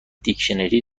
دیکشنری